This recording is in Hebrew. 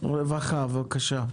משרד הרווחה, בבקשה.